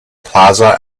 plaza